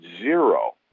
zero